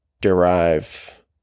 derive